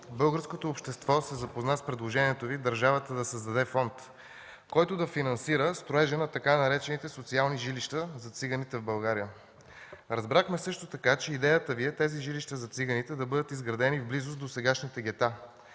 българското общество се запозна с предложението Ви държавата да създаде фонд, който да финансира строежа на така наречените „социални жилища” за циганите в България. Разбрахме също така, че идеята Ви е тези жилища за циганите да бъдат изградени в близост до сегашните гета,